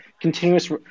continuous